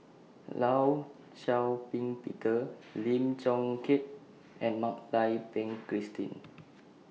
law Shau Ping Peter Lim Chong Keat and Mak Lai Peng Christine